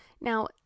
Now